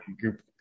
group